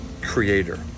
creator